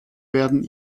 werden